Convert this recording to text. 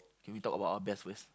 can we talk about our best first